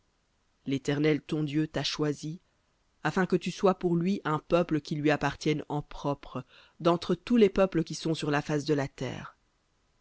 l'éternel ton dieu t'a choisi afin que tu sois pour lui un peuple qui lui appartienne en propre d'entre tous les peuples qui sont sur la face de la terre